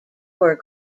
were